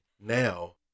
now